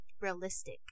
realistic